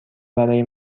برای